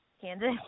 Kansas